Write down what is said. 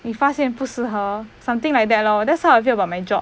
你发现不适合 something like that lor that's how I feel about my job